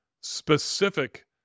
specific